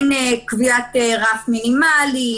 במקרה הקונקרטי הזה אני רוצה לטעון שלפי האמור בסעיף 44 לחוק יסוד: